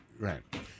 right